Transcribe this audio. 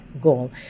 goal